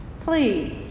Please